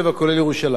כולל ירושלים,